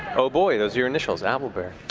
oh boy, those are your initials, owlbear.